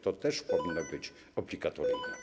To też powinno być obligatoryjne.